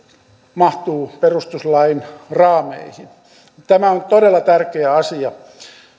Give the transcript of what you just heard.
mahtuu perustuslain raameihin tämä on todella tärkeä asia